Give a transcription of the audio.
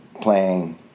playing